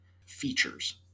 features